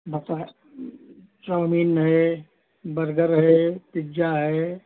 बताया चाउमीन है बर्गर है पिज्जा है